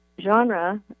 genre